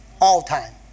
All-time